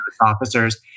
officers